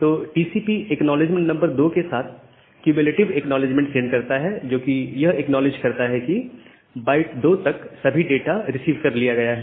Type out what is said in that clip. तो TCP acknowledgement number 2 के साथ एक क्युमुलेटिव एक्नॉलेजमेंट सेंड करता है जो कि यह एक्नॉलेज करता है की बाइट 2 तक सभी डाटा रिसीव कर लिया गया है